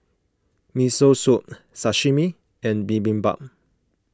Miso Soup Sashimi and Bibimbap